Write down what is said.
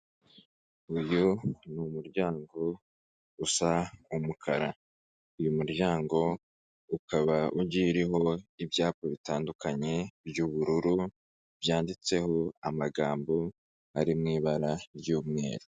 Uyu ni umuryango usa umukara. Uyu muryango ukaba ugiye uriho ibyapa bitandukanye by'ubururu byanditseho amagambo ari mu ibara ry'umweru.